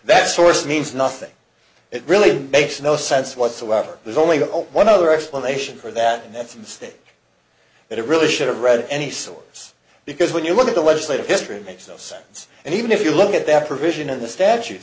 that source means nothing it really makes no sense whatsoever there's only one other explanation for that and that's a mistake that really should have read any source because when you look at the legislative history makes no sense and even if you look at that provision of the statute